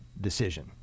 decision